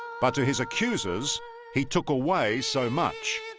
but to his accusers he took away so much